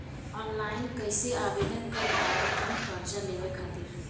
Online कइसे आवेदन कर पाएम हम कर्जा लेवे खातिर?